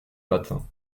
matin